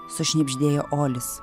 sušnibždėjo olis